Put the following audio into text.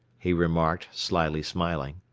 he remarked, slyly smiling.